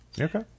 Okay